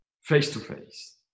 face-to-face